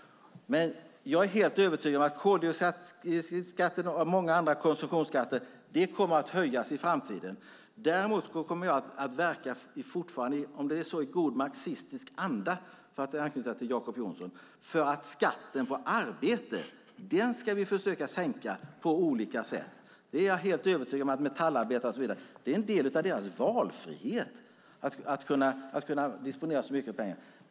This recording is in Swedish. Jag är helt övertygad om att koldioxidskatten och många andra konsumtionsskatter kommer att höjas i framtiden. Däremot kommer jag i god marxistisk anda, för att anknyta till Jacob Johnson, att verka för att vi ska sänka skatten på arbete på olika sätt. Jag är helt övertygad om att det är en del av valfriheten för metallarbetare och så vidare att kunna disponera mycket pengar.